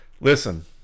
listen